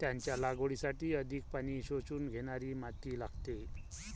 त्याच्या लागवडीसाठी अधिक पाणी शोषून घेणारी माती लागते